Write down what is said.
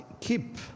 keep